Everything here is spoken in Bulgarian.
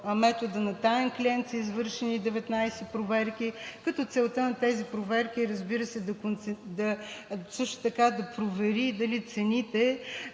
метода на таен клиент са извършени 19 проверки, като целта на тези проверки е, разбира се, също така да провери дали цените